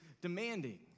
demanding